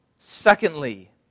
Secondly